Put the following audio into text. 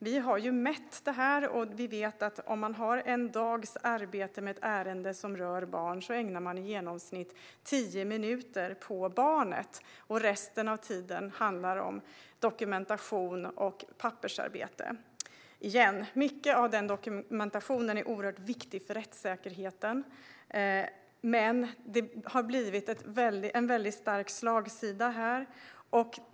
Vi har mätt detta och vet att om man har en dags arbete med ett ärende som rör barn ägnar man i genomsnitt tio minuter åt barnet. Resten av tiden går till dokumentation och pappersarbete. Återigen: Mycket av denna dokumentation är oerhört viktig för rättssäkerheten, men det har blivit en stark slagsida här.